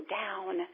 down